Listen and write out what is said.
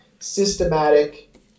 systematic